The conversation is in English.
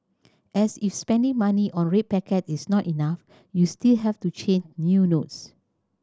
as if spending money on red packets is not enough you still have to change new notes